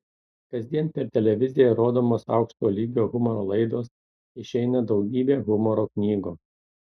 kasdien per televiziją rodomos aukšto lygio humoro laidos išeina daugybė humoro knygų